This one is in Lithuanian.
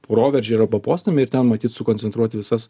proveržį arba postūmį ir ten matyt sukoncentruot visas